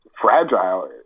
fragile